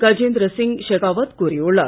கஜேந்திர சிங் ஷெகாவத் கூறியுள்ளார்